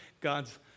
God's